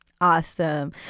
Awesome